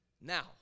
Now